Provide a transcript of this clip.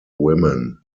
women